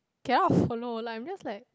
cannot follow like I'm just like